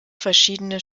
verschiedene